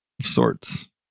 sorts